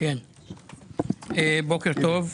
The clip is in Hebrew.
בוקר טוב,